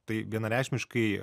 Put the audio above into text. tai vienareikšmiškai